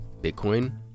Bitcoin